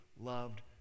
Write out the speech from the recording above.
loved